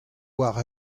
war